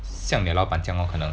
像你的老板这样 lor 可能